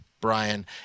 brian